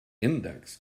index